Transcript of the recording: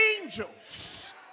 Angels